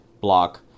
block